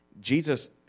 Jesus